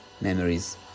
memories